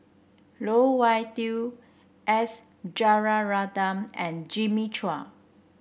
Loh Wai Kiew S Rajaratnam and Jimmy Chua